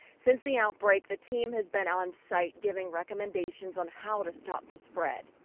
since the outbreak the team has been on site giving recommendations on how to stop the spread.